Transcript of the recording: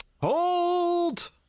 Hold